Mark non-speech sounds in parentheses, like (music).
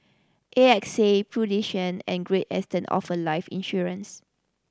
A X A (unintelligible) and Great Eastern offer life insurance